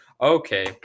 Okay